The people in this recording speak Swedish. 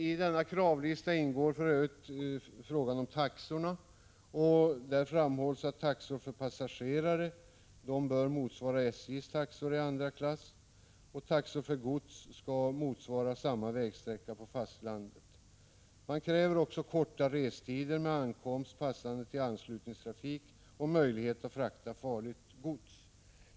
I denna kravlista ingår för övrigt frågan om taxorna. Där framhålls att taxor för passagerare bör motsvara SJ:s taxor i andra klass, taxor för gods skall motsvara samma vägsträcka på fastlandet. Man kräver också korta restider med ankomst passande till anslutningstrafik och möjlighet att frakta farligt gods.